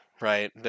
right